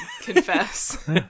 confess